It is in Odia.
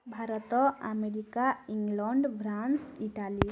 Bharat America England France Italy